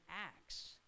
acts